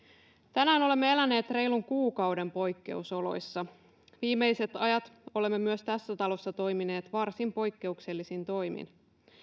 tänään olemme eläneet reilun kuukauden poikkeusoloissa viimeiset ajat olemme myös tässä talossa toimineet varsin poikkeuksellisin toimin